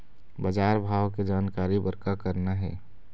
बजार भाव के जानकारी बर का करना हे?